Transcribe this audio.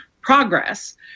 progress